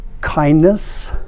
kindness